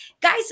guys